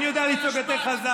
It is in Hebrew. כי אני יודע לצעוק יותר חזק.